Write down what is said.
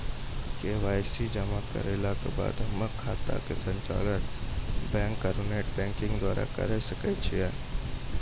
KYC जमा करला के बाद हम्मय खाता के संचालन बैक आरू नेटबैंकिंग द्वारा करे सकय छियै?